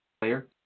player